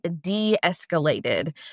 de-escalated